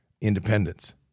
independence